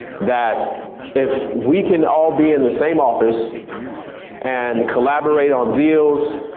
that if we can all be in the same office and collaborate on deals,